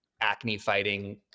acne-fighting